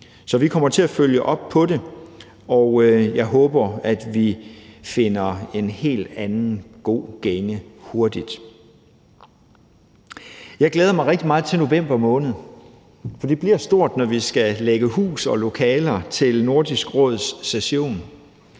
Så vi kommer til at følge op på det, og jeg håber, at vi finder en helt anden god gænge hurtigt. Jeg glæder mig rigtig meget til november måned, for det bliver stort, når vi skal lægge hus og lokaler til Nordisk Råds session,